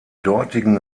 dortigen